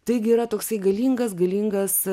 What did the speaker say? taigi yra toksai galingas galingas